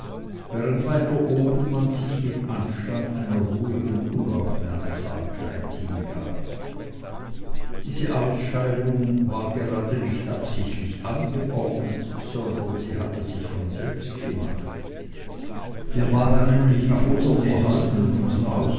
während weiter oben man sich mit anstand einer ruhigen unaufmerksamkeit hingab diese ausscheidung war gerade nicht absichtlich angeordnet sondern sie hatte sich von selbst gemacht wir waren nämlich nach